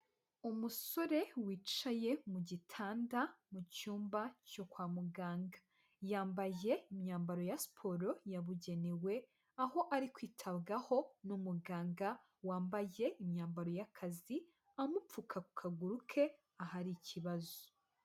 Umusore wicaye mu gitanda, mu cyumba cyo kwa muganga, yambaye imyambaro ya siporo yabugenewe, aho ari kwitabwaho n'umuganga wambaye imyambaro y'akazi, amupfuka ku kaguru ke ahari ikibazo.